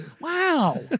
Wow